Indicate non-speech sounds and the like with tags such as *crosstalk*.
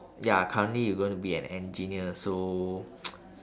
ya currently you going to be an engineer so *noise*